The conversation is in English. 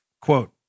quote